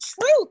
truth